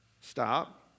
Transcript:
stop